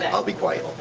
and i'll be quiet.